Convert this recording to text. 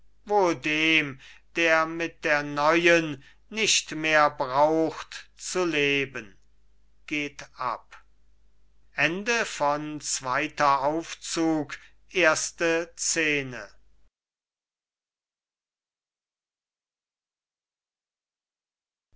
wohl dem der mit der neuen nicht mehr braucht zu leben geht ab